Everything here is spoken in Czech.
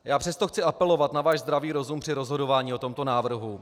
Já přesto chci apelovat na váš zdravý rozum při rozhodování o tomto návrhu.